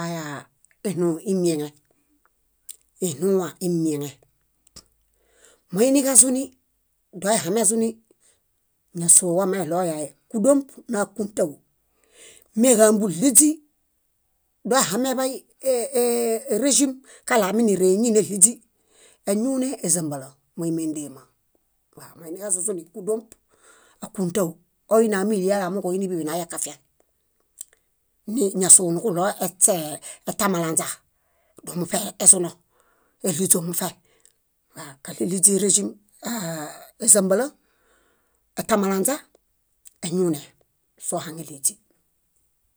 Ayaa iɭũũ imieŋe, iɭũũwa imieŋe. Moiniġazuni, ñásoo wameɭoyae kúdomp, nákuntau. Méġambuɭiźi, doehameḃay e- e- reĵim, kaɭoaminirẽe éñineɭiźi, eñuune, ézambala móimiendema waw. Moiniġazuzuni kúdomp, ákuntau oine ámiliale amooġo oini bíḃi nayakafiaŋ. Níñasoo nuġuɭoeśee etamalanźa, domufe ezuno, éɭiźo mufe wakay, éɭiźi reĵim. Aaa ézambala, etamalanźa, eñuune, sóhaŋeɭiźi.